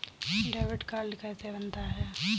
Debit card कैसे बनता है?